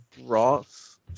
Ross